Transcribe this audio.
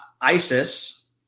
ISIS